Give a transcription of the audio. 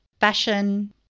fashion